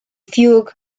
fugue